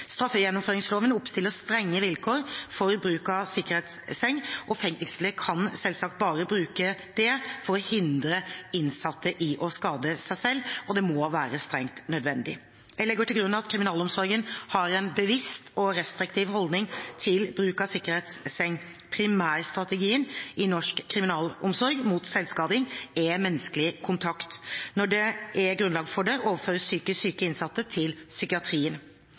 Straffegjennomføringsloven oppstiller strenge vilkår for bruk av sikkerhetsseng. Fengslene kan bare bruke sikkerhetsseng for å hindre innsatte i å skade seg selv, og det må være strengt nødvendig. Jeg legger til grunn at kriminalomsorgen har en bevisst og restriktiv holdning til bruk av sikkerhetsseng. Primærstrategien i norsk kriminalomsorg mot selvskading er menneskelig kontakt. Når det er grunnlag for det, overføres psykisk syke innsatte til psykiatrien.